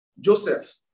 Joseph